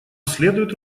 следует